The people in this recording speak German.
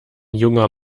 junger